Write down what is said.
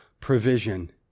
provision